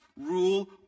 rule